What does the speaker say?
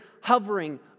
hovering